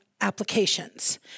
applications